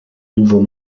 nouveau